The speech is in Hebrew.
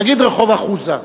נגיד רחוב אחוזה,